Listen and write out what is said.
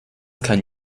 kann